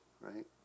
Right